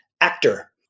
actor